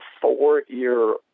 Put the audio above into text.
four-year